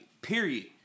period